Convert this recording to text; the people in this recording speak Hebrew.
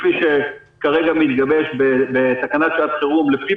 כפי שכרגע מתגבש בתקנת שעת חירום לפי